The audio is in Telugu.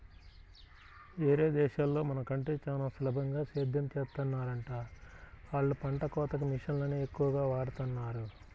యేరే దేశాల్లో మన కంటే చానా సులభంగా సేద్దెం చేత్తన్నారంట, ఆళ్ళు పంట కోతకి మిషన్లనే ఎక్కువగా వాడతన్నారు